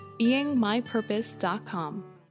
BeingMyPurpose.com